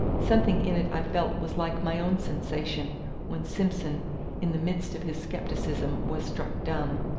something in it i felt was like my own sensation when simson in the midst of his scepticism was struck dumb.